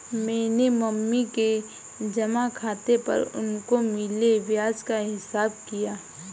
मैंने मम्मी के जमा खाता पर उनको मिले ब्याज का हिसाब किया